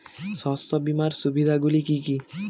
শস্য বীমার সুবিধা গুলি কি কি?